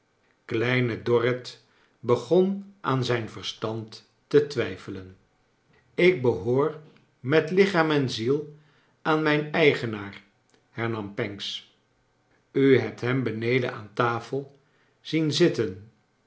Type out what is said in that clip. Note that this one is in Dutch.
kleine dorrit begon aan zijn verstand te twijfelen ik behoor met lichaam en ziel aan mijn eigenaar hernam pancks u hebt hem beneden aan tafel zien zitten